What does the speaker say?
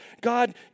God